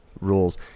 rules